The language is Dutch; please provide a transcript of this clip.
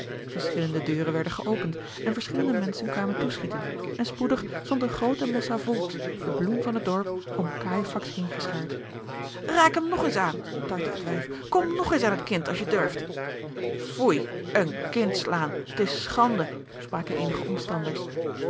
verschillende deuren werden geopend en verschillende menschen kwamen toeschieten en spoedig stond eene groote massa volks de bloem van het dorp om cajefax heen geschaard raak hem nog eens aan tartte het wijf kom nog eens aan het kind als je durft foei een kind slaan t is schande spraken eenige omstanders